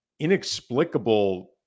inexplicable